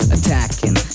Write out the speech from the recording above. Attacking